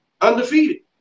undefeated